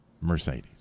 Mercedes